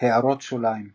הערות שוליים ==